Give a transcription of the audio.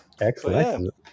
Excellent